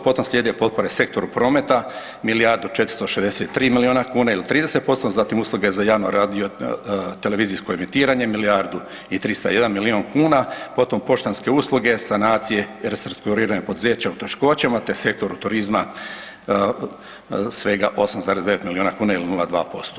Potom slijede potpore Sektoru prometa milijardu i 463 milijuna kuna ili 30%, zatim usluge za javno radio televizijsko emitiranje milijardu i 301 milijun kuna, potom poštanske usluge, sanacije i restrukturiranje poduzeća u teškoćama, te Sektoru turizma svega 8,9 milijuna kuna ili